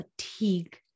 fatigue